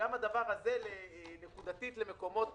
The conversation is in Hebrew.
וגם הדבר הזה נקודתית למקומות